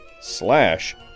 slash